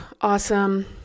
Awesome